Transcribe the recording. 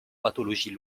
pathologies